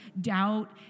doubt